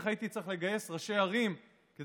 ואיך הייתי צריך לגייס ראשי ערים כדי